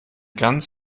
ganz